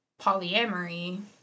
polyamory